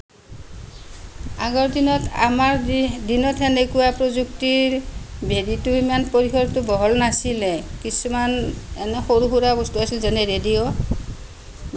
আগৰ দিনত আমাৰ যি দিনত সেনেকুৱা প্ৰযুক্তিৰ হেৰিটো ইমান পৰিসৰটো ইমান বহল নাছিলে কিছুমান এনে সৰু সুৰা বস্তু আছিল যেনে ৰেডিঅ'